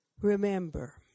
remember